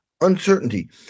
uncertainty